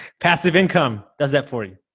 passive income does that for you?